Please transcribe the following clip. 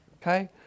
okay